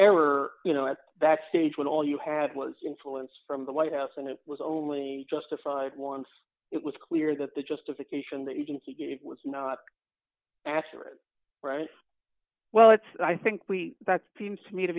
error you know at that stage when all you had was influence from the white house and it was only justified once it was clear that the justification that you can he was not asked for it right well it's i think we that seems to me to